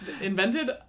Invented